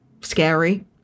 scary